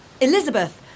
Elizabeth